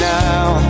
now